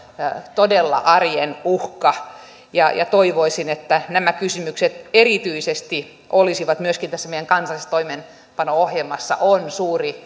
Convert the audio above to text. todella arjen uhka toivoisin että nämä kysymykset erityisesti olisivat myöskin tässä meidän kansallisessa toimeenpano ohjelmassa on suuri